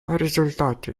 результаты